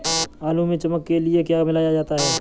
आलू में चमक के लिए क्या मिलाया जाता है?